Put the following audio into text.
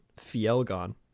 Fielgon